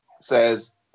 says